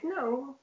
no